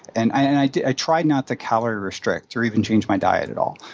and i i tried not to calorie-restrict or even change my diet at all.